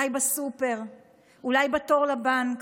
אולי בסופר ואולי בתור לבנק?